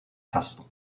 castle